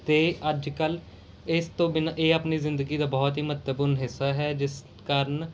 ਅਤੇ ਅੱਜ ਕੱਲ੍ਹ ਇਸ ਤੋਂ ਬਿਨਾਂ ਇਹ ਆਪਣੀ ਜ਼ਿੰਦਗੀ ਦਾ ਬਹੁਤ ਹੀ ਮਹੱਤਵਪੂਰਨ ਹਿੱਸਾ ਹੈ ਜਿਸ ਕਾਰਨ